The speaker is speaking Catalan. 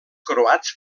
croats